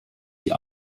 die